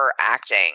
acting